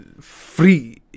free